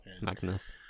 magnus